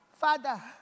Father